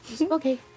Okay